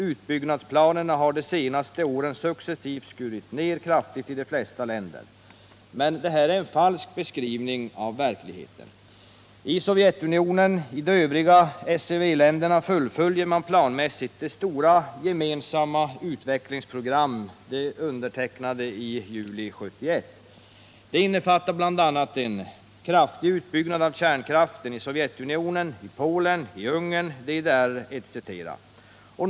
Utbyggnadsplanerna har de senaste åren successivt skurits ned kraftigt i de flesta länder.” Detta är en falsk beskrivning av verkligheten. I Sovjetunionen och de övriga SEV länderna fullföljer man planmässigt det stora gemensamma utvecklingsprogram som man undertecknade i juli 1971. Det innefattar bl.a. en kraftig utbyggnad av kärnkraften i Sovjetunionen, Polen, Ungern, DDR etc.